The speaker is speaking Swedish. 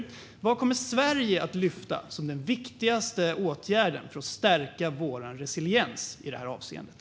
Jag vill fråga honom vad Sverige då kommer att lyfta som den viktigaste åtgärden för att stärka vår resiliens i det här avseendet.